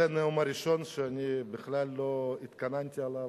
זה הנאום הראשון שאני בכלל לא התכוננתי אליו.